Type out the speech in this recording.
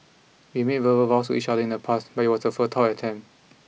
we made verbal vows to each other in the past but it was a futile attempt